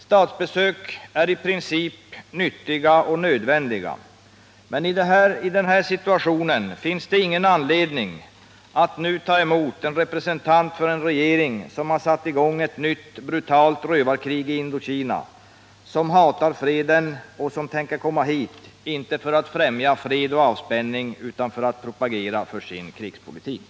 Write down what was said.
Statsbesök är i princip nyttiga och nödvändiga, men i den här situationen finns det ingen anledning att ta emot en representant för en regering som har satt i gång ett nytt brutalt rövarkrig i Indokina, som hatar freden och som tänker komma hit inte för att främja fred och avspänning utan för att propagera för sin krigspolitik.